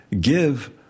give